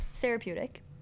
Therapeutic